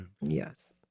Yes